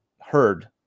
heard